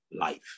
life